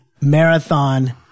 marathon